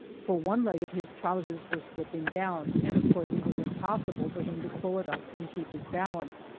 for one leg of his trousers was slipping down, and of course it was impossible for him to pull it up and keep his balance.